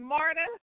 Marta